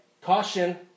caution